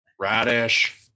Radish